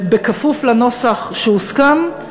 כפוף לנוסח שהוסכם,